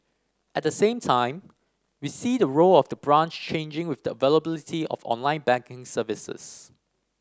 at the same time we see the role of the branch changing with the availability of online banking services